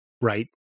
right